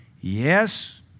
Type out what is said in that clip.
Yes